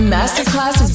Masterclass